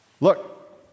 Look